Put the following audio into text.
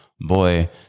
Boy